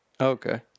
Okay